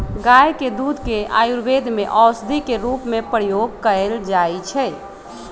गाय के दूध के आयुर्वेद में औषधि के रूप में प्रयोग कएल जाइ छइ